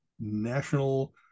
national